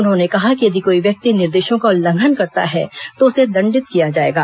उन्होंने कहा कि यदि कोई व्यक्ति इन निर्देशों का उल्लंघन करता है तो उसे दंडित किया जाएगा